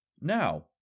Now